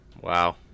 Wow